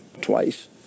twice